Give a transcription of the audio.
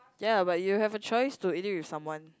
ya but you have a choice to eat it with someone